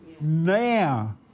now